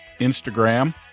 Instagram